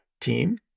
team